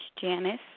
Janice